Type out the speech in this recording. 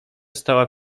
stała